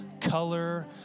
color